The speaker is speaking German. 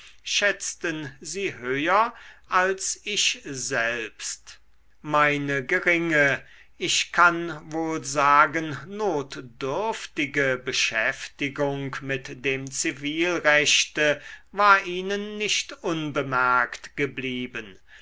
schätzten sie höher als ich selbst meine geringe ich kann wohl sagen notdürftige beschäftigung mit dem zivilrechte war ihnen nicht unbemerkt geblieben